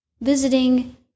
visiting